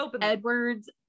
Edward's